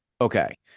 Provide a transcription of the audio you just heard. Okay